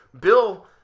Bill